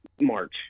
March